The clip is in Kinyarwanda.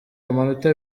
amanota